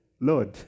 Lord